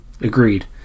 Agreed